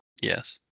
Yes